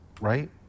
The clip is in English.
right